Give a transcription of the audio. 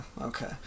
okay